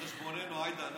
על חשבוננו, עאידה.